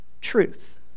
truth